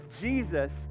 Jesus